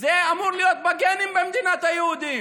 זה אמור להיות בגנים במדינת היהודים.